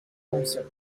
concert